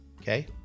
Okay